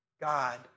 God